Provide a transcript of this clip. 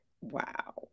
Wow